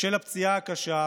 בשל הפציעה הקשה,